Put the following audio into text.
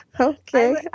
Okay